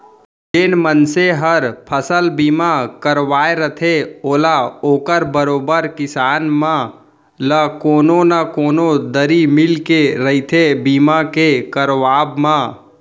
जेन मनसे हर फसल बीमा करवाय रथे ओला ओकर बरोबर किसान मन ल कोनो न कोनो दरी मिलके रहिथे बीमा के करवाब म